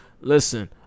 Listen